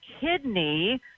kidney